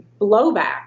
blowback